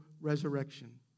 resurrection